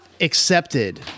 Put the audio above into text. accepted